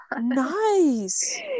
Nice